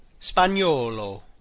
Spagnolo